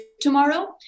tomorrow